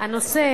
הנושא